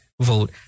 vote